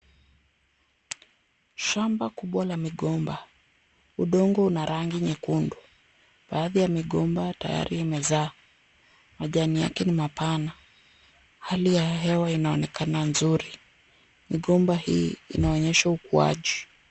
Shamba kubwa la migomba. Udongo una rangi nyekundu. Baadhi ya migomba tayari imezaa. Majani yake ni mapana. Hali ya hewa inaonekana nzuri. Migomba hii inaonyesha ukuaji.